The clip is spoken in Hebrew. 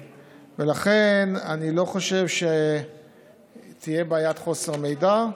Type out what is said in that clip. לכן, אני לא חושב שתהיה בעיית חוסר מידע.